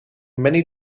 many